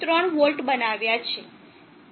3 volt બનાવ્યા છે